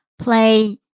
play